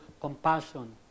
compassion